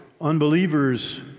unbelievers